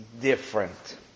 different